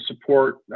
support